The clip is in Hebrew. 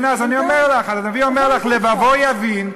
הנה, אז אני אומר לך, הנביא אומר לך: "לבבו יבין".